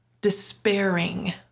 despairing